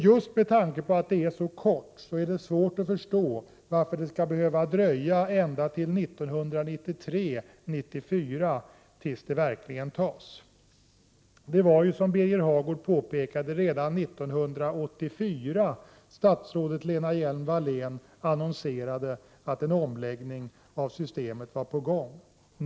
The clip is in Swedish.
Just med tanke på att det är så kort är det svårt att förstå varför det skall behöva dröja ända till 1993/94 innan det verkligen tas. Det var ju, som Birger Hagård påpekade, redan 1984 som statsrådet Lena Hjelm-Wallén annonserade att en omläggning av systemet var på gång.